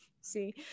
see